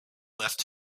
left